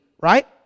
right